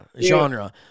genre